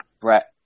Brett